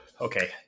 okay